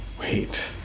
Wait